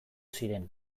ziren